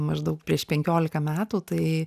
maždaug prieš penkiolika metų tai